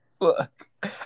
look